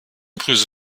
grüße